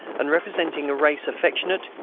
and representing a race affectionate,